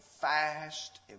fast